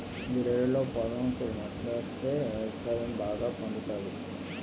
గొర్రెలతో పొలంకి మందాస్తే వ్యవసాయం బాగా పండుతాది